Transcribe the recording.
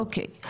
אוקי.